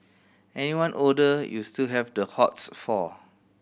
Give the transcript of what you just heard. anyone older you still have the hots for